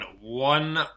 One